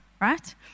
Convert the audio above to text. right